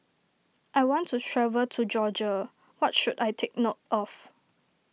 I want to travel to Georgia What should I take note of